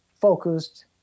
focused